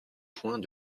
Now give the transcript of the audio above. point